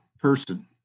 Person